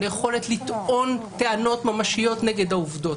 על יכולת לטעון טענות ממשיות נגד העובדות,